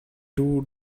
two